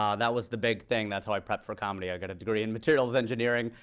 um that was the big thing. that's how i prepped for comedy, i got a degree in materials engineering.